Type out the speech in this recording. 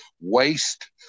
waste